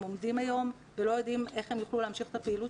הם עומדים היום ולא יודעים איך הם יוכלו להמשיך את הפעילות